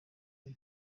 day